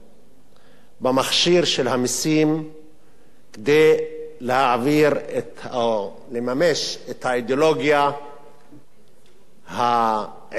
במכשיר של המסים כדי להעביר או לממש את האידיאולוגיה הערכית שלו,